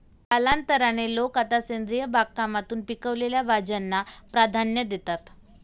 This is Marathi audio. कालांतराने, लोक आता सेंद्रिय बागकामातून पिकवलेल्या भाज्यांना प्राधान्य देतात